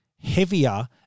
heavier